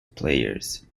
players